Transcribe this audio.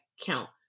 count